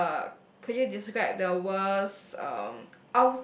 uh could you describe the worst um